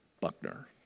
Buckner